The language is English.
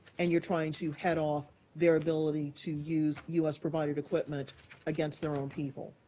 and you're trying to head off their ability to use u s provided equipment against their own people.